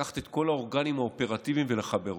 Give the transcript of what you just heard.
לקחת את כל האורגנים האופרטיביים ולחבר אותם.